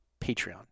Patreon